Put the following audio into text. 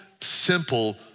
simple